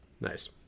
Nice